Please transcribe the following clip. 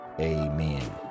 Amen